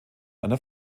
einer